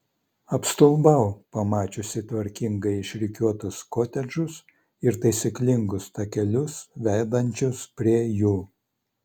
apstulbau pamačiusi tvarkingai išrikiuotus kotedžus ir taisyklingus takelius vedančius prie jų